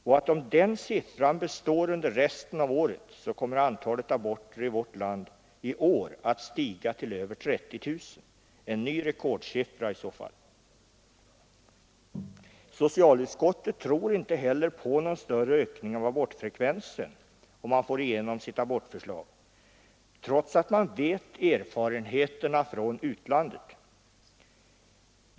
Om denna tendens består under resten av året, kommer antalet aborter i vårt land i år att stiga till över 30 000 — en ny rekordsiffra i så fall. Socialutskottet tror inte heller på någon större ökning av abortfrekvensen om det får igenom sitt abortförslag, trots att man känner till erfarenheterna från utlandet.